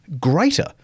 greater